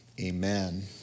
amen